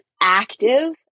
active